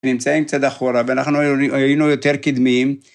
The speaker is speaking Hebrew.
נמצאים קצת אחורה, ואנחנו היינו יותר קדמיים.